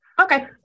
Okay